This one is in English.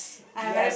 yes